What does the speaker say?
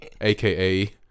aka